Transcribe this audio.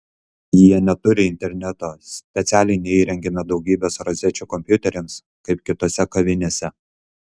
jie neturi interneto specialiai neįrengėme daugybės rozečių kompiuteriams kaip kitose kavinėse